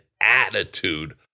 attitude